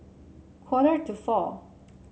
quarter to four